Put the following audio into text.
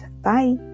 bye